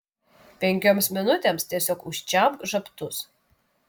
penkioms minutėms tiesiog užčiaupk žabtus